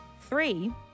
three